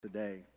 today